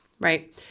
right